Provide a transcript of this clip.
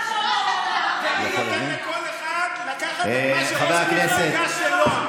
אני אומר לכל אחד לקחת את מה שראש המפלגה שלו,